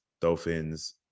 Dolphins